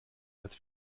als